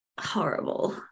horrible